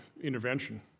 intervention